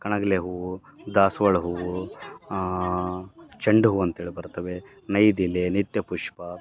ಕಣಗಿಲೆ ಹೂವು ದಾಸವಾಳ ಹೂವು ಚೆಂಡು ಹೂ ಅಂತೇಳಿ ಬರ್ತವೆ ನೈದಿಲೆ ನಿತ್ಯಪುಷ್ಪ